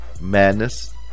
Madness